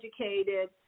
educated